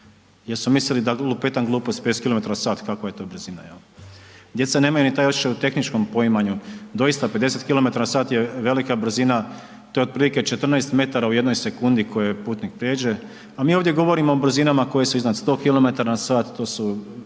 su mislili da lupetam gluposti, 50km na sat, kakva je to brzina. Djeca nemaju ni taj osjećaj u tehničkom poimanju. Doista 50km na sat je velika brzina, to je otprilike 14 metara u jednoj sekundi koju putnik pređe a mi ovdje govorimo o brzinama koje su iznad 100km na sat, to su